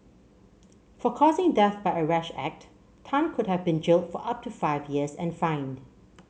for causing death by a rash act Tan could have been jailed for up to five years and fined